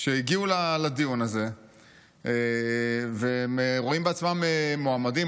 שהגיעו לדיון הזה והם רואים בעצמם מועמדים.